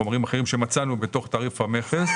הכנסנו גם חומרים אחרים שמצאנו בתוך תעריף המכס.